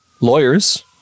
lawyers